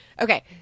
okay